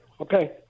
Okay